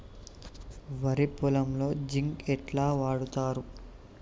వరి పొలంలో జింక్ ఎట్లా వాడుతరు?